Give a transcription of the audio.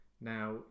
Now